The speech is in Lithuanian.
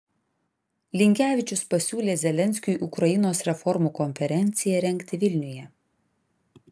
linkevičius pasiūlė zelenskiui ukrainos reformų konferenciją rengti vilniuje